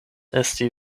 esti